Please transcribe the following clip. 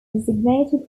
designated